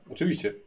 Oczywiście